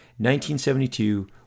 1972